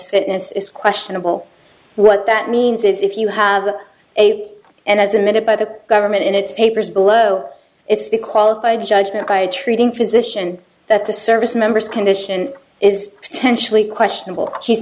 fitness is questionable what that means is if you have a and as admitted by the government in its papers below it's the qualified judgment by treating physician that the service members condition is tension questionable she's